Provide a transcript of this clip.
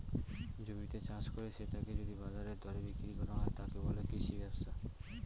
জমিতে চাষ করে সেটাকে যদি বাজারের দরে বিক্রি করা হয়, তাকে বলে কৃষি ব্যবসা